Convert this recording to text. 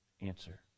answer